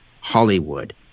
Hollywood